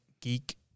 Geek